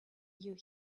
you